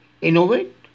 innovate